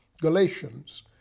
Galatians